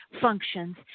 functions